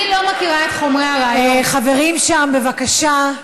אני לא מכירה את חומרי הראיות, חברים שם, בבקשה,